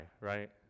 right